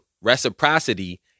reciprocity